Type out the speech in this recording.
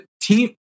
Team